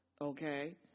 Okay